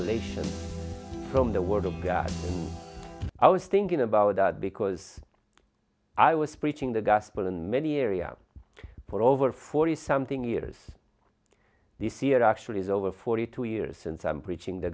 revelation from the word of god i was thinking about that because i was preaching the gospel in many area for over forty something years this year actually is over forty two years since i'm preaching the